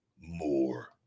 more